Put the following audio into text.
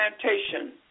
plantation